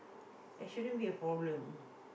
there shouldn't be a problem